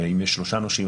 אם יש שלושה נושים,